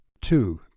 two